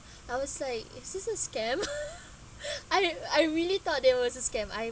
I was like is this a scam I I really thought that was a scam I